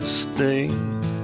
sting